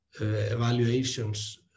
evaluations